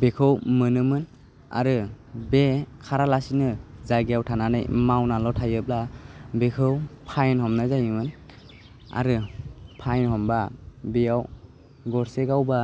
बेखौ मोनोमोन आरो बे खारालासिनो जायगायाव थानानै मावनाल' थायोबा बेखौ फाइन हमनाय जायोमोन आरो फाइन हमबा बेयाव गरसे गावबा